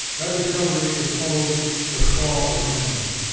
that discovery is called the fall of man.